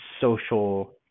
social